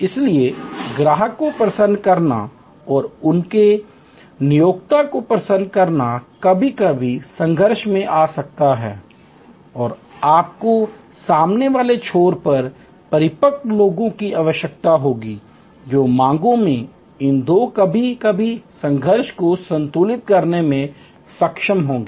इसलिए ग्राहक को प्रसन्न करना और उनके नियोक्ता को प्रसन्न करना कभी कभी संघर्ष में आ सकता है और आपको सामने वाले छोर पर परिपक्व लोगों की आवश्यकता होती है जो मांगों में इन दो कभी कभी संघर्ष को संतुलित करने में सक्षम होंगे